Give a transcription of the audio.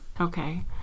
Okay